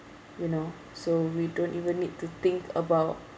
you know so we don't even need to think about